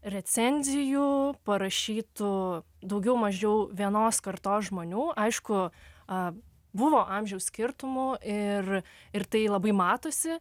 recenzijų parašytų daugiau mažiau vienos kartos žmonių aišku a buvo amžiaus skirtumų ir ir tai labai matosi